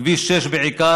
בכביש 6 בעיקר,